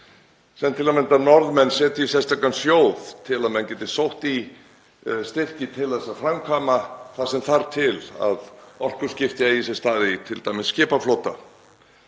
sem til að mynda Norðmenn setja í sérstakan sjóð til að menn geti sótt í styrki til að framkvæma það sem þarf til að orkuskipti eigi sér stað, t.d. í skipaflotanum.